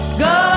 go